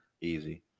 Easy